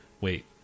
Wait